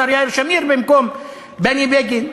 השר יאיר שמיר במקום בני בגין.